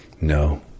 No